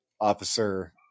officer